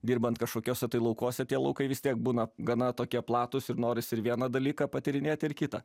dirbant kažkokiose tai laukuose tie laukai vis tiek būna gana tokie platūs ir norisi ir vieną dalyką patyrinėti ir kitą